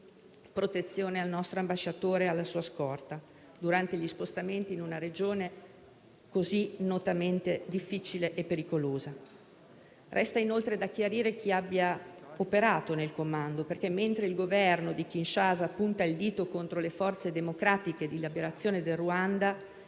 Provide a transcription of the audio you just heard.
protezione al nostro ambasciatore e alla sua scorta durante gli spostamenti in una regione così notoriamente difficile e pericolosa. Resta inoltre da chiarire chi abbia operato nel commando perché, mentre il governo di Kinshasa punta il dito contro le forze democratiche di liberazione del Ruanda,